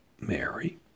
Mary